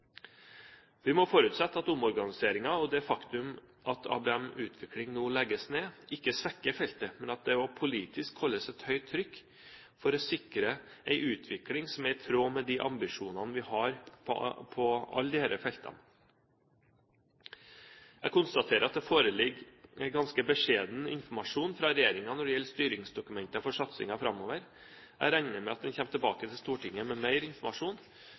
Vi må forutsette at omorganiseringen og det faktum at ABM-utvikling nå legges ned, ikke svekker feltet, men at det politisk holdes et høyt trykk for å sikre en utvikling som er i tråd med de ambisjonene vi har på alle disse feltene. Jeg konstaterer at det foreligger en ganske beskjeden informasjon fra regjeringen når det gjelder styringsdokumenter for satsingen framover. Jeg regner med at man kommer tilbake til Stortinget med mer informasjon,